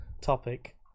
topic